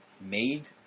made